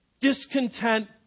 discontent